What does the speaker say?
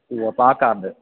ഉവ്വ് അപ്പോള് ആ കാർഡ്